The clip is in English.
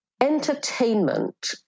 entertainment